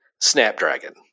Snapdragon